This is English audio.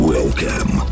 Welcome